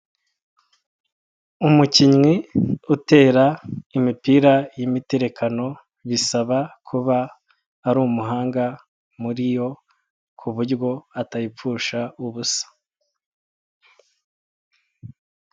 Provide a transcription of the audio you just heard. Umukinnyi utera imipira y'imiterekano, bisaba kuba ari umuhanga muri yo, ku buryo atayipfusha ubusa.